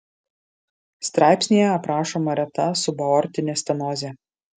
straipsnyje aprašoma reta subaortinė stenozė